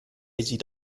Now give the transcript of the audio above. sieht